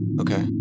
okay